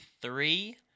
three